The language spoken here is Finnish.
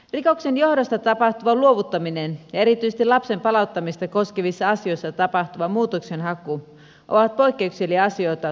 rikoksen johdosta tapahtuva luovuttaminen ja erityisesti lapsen palauttamista koskevissa asioissa tapahtuva muutoksenhaku ovat poikkeuksellisia asioita tuomioistuinkäsittelyssä